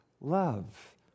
love